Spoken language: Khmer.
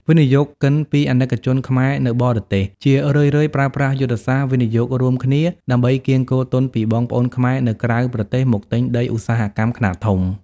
វិនិយោគិនពី អាណិកជនខ្មែរនៅបរទេស ជារឿយៗប្រើប្រាស់យុទ្ធសាស្ត្រ "វិនិយោគរួមគ្នា" ដើម្បីកៀងគរទុនពីបងប្អូនខ្មែរនៅក្រៅប្រទេសមកទិញដីឧស្សាហកម្មខ្នាតធំ។